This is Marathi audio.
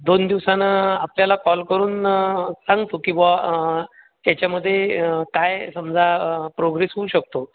दोन दिवसानं आपल्याला कॉल करून सांगतो की बुवा त्याच्यामध्ये काय समजा प्रोग्रेस होऊ शकतो